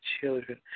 children